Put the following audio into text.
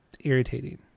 irritating